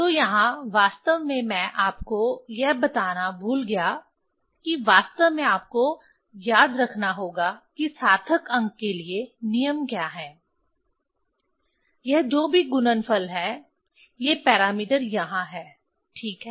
तो यहां वास्तव में मैं आपको यह बताना भूल गया कि वास्तव में आपको याद रखना होगा की सार्थक अंक के लिए नियम क्या है यह जो भी गुणनफल है ये पैरामीटर यहां है ठीक है